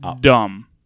dumb